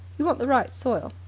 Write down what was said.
you want the right soil.